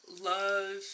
love